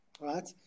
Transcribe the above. right